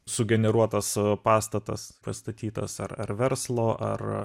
sugeneruotas pastatas pastatytas ar ar verslo ar